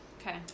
Okay